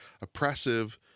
oppressive